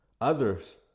Others